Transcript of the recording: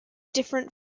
different